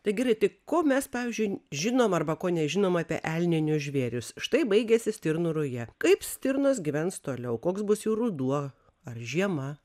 tai gerai tai ko mes pavyzdžiui žinom arba ko nežinom apie elninius žvėris štai baigėsi stirnų ruja kaip stirnos gyvens toliau koks bus jų ruduo ar žiema